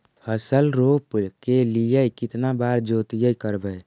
फसल रोप के लिय कितना बार जोतई करबय?